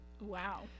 Wow